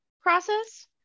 process